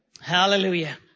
Hallelujah